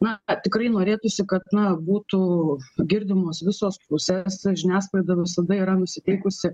na tikrai norėtųsi kad na būtų girdimos visos pusės žiniasklaida visada yra nusiteikusi